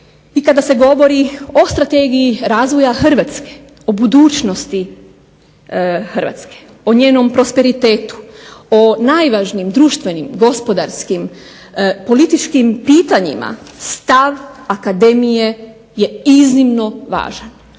I kada se govori o Strategiji razvoja Hrvatske, o budućnosti Hrvatske, o njenom prosperitetu, o najvažnijim društvenim, gospodarskim, političkim pitanjima, stav akademije je iznimno važan.